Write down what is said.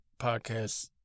podcast